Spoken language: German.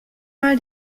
mal